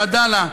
"עדאלה",